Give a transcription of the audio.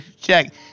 check